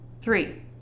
Three